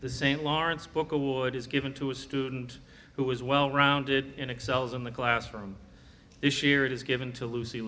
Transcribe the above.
the st lawrence book award is given to a student who is well rounded in excels in the classroom this year it is given to lucy